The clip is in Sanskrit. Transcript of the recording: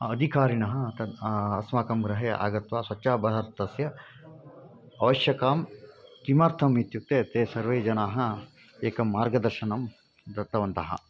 अधिकारिणः तद् अस्माकं गृहे आगत्य स्वच्छभारतस्य आवश्यकता किमर्थम् इत्युक्ते ते सर्वे जनाः एकं मार्गदर्शनं दत्तवन्तः